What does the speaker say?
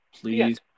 Please